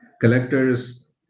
collectors